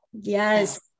Yes